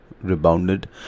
rebounded